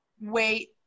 wait